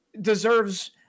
deserves